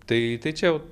tai tai čia jau